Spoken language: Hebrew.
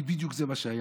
כי בדיוק זה מה שהיה.